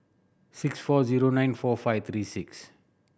six four zero nine four five three six